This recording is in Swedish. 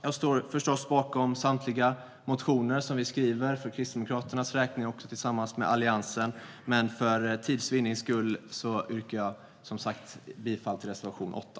Jag står förstås bakom samtliga motioner som vi har skrivit för Kristdemokraternas räkning och tillsammans med Alliansen, men för tids vinnande yrkar jag som sagt bifall till reservation 8.